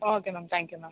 okay ma'am thank you ma'am